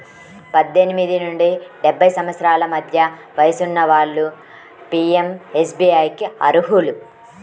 పద్దెనిమిది నుండి డెబ్బై సంవత్సరాల మధ్య వయసున్న వాళ్ళు పీయంఎస్బీఐకి అర్హులు